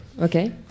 Okay